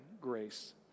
grace